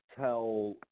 tell